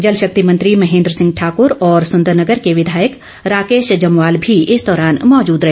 जलशक्ति मंत्री महेन्द्र सिंह ठाकूर और सुंदर नगर के विधायक राकेश जमवाल भी इस दौरान मौजूद रहे